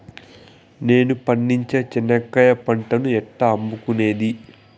మేము పండించే చెనక్కాయ పంటను ఎట్లా అమ్ముకునేది?